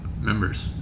members